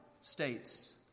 states